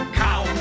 cow